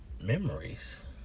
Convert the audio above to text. Memories